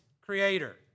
creator